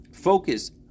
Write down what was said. Focus